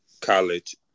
college